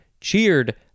cheered